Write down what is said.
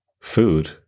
food